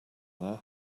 there